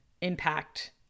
impact